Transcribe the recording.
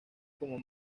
como